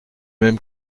même